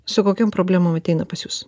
su kokiom problemom ateina pas jus